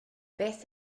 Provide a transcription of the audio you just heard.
beth